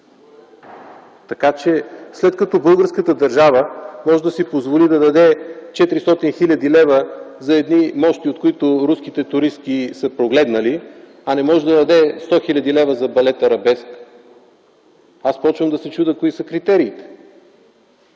нация. Когато българската държава може да си позволи да даде 400 хил. лв. за едни мощи, от които руските туристи са прогледнали, а не може да даде 100 хил. лв. за балет „Арабеск”, започвам да се чудя какви са критериите!